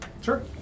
Sure